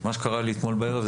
שמה שקרה לי אתמול בערב,